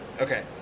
Okay